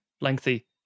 lengthy